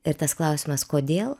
ir tas klausimas kodėl